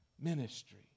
ministry